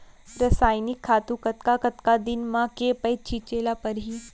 रसायनिक खातू कतका कतका दिन म, के पइत छिंचे ल परहि?